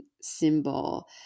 symbol